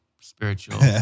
spiritual